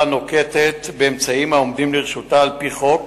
נוקטת אמצעים העומדים לרשותה על-פי חוק